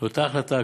לאותה החלטה,